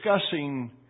discussing